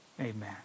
Amen